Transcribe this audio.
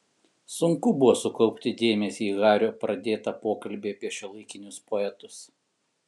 sunku buvo sukaupti dėmesį į hario pradėtą pokalbį apie šiuolaikinius poetus